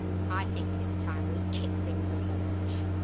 i think it's time we kicked things up a notch,